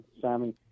Sammy